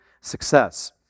success